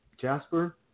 Jasper